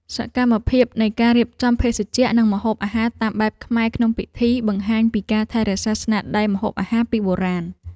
សកម្មភាពនៃការរៀបចំភេសជ្ជៈ និងម្ហូបអាហារតាមបែបខ្មែរក្នុងពិធី បង្ហាញពីការថែរក្សាស្នាដៃម្ហូបអាហារពីបុរាណ។